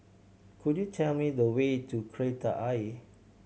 could you tell me the way to Kreta Ayer